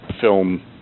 film